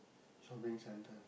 shopping centre